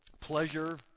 pleasure